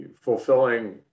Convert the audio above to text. fulfilling